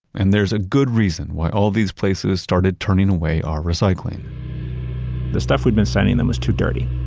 and there's a good reason why all these places started turning away our recycling the stuff we've been sending them was too dirty